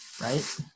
right